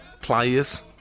players